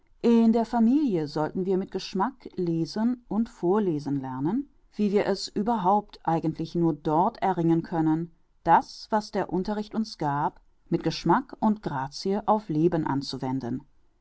in der familie sollten wir mit geschmack lesen und vorlesen lernen wie wir es überhaupt eigentlich nur dort erringen können das was der unterricht uns gab mit geschmack und grazie auf leben anzuwenden